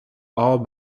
all